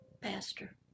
Pastor